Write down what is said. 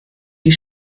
die